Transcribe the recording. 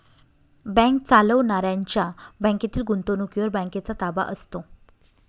bank चालवणाऱ्यांच्या बँकेतील गुंतवणुकीवर बँकेचा ताबा असतो